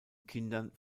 kindern